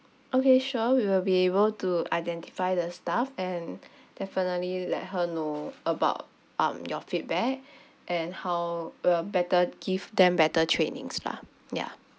okay sure we will be able to identify the staff and definitely let her know about um your feedback and how we will better give them better trainings lah ya